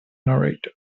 narrator